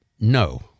No